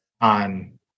on